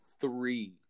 three